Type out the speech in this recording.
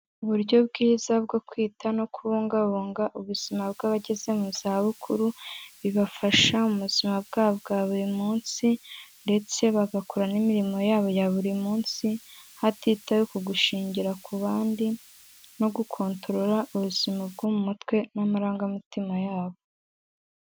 Uburyo bwiza bwo kwita no kubungabunga ubuzima bw'abageze mu za bukuru, bibafasha mu buzima bwabo bwa buri munsi ndetse bagakora n'imirimo yabo ya buri munsi, hatitawe ku gushingira ku bandi no gukontorora ubuzima bwo mu mutwe n'amarangamutima yabo.